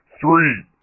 Three